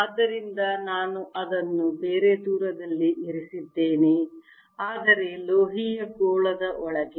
ಆದ್ದರಿಂದ ನಾನು ಅದನ್ನು ಬೇರೆ ದೂರದಲ್ಲಿ ಇರಿಸಿದ್ದೇನೆ ಆದರೆ ಲೋಹೀಯ ಗೋಳದ ಒಳಗೆ